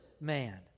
man